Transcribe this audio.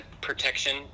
protection